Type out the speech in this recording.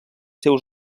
seus